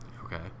Okay